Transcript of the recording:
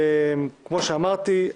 כמו שאמרתי,